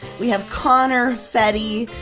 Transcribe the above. we have connor fetti,